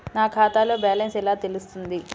నా ఖాతాలో బ్యాలెన్స్ ఎలా తెలుస్తుంది?